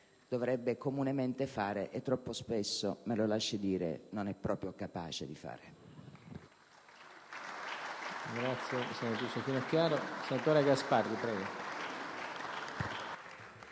dovrebbe comunemente fare e troppo spesso, me lo si lasci dire, non è proprio capace di fare.